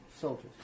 soldiers